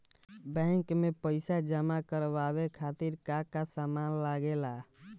Bank में पईसा जमा करवाये खातिर का का सामान लगेला?